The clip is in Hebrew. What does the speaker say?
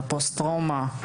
הפוסט-טראומה,